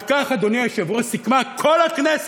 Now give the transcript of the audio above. על כך, אדוני היושב-ראש, סיכמה כל הכנסת,